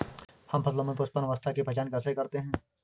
हम फसलों में पुष्पन अवस्था की पहचान कैसे करते हैं?